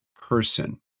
person